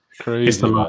crazy